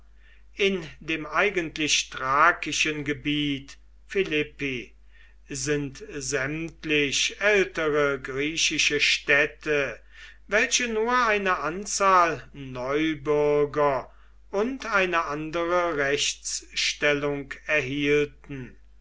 in dem eigentlich thrakischen gebiet philippi sind sämtlich ältere griechische städte welche nur eine anzahl neubürger und eine andere rechtsstellung erhielten